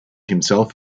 himself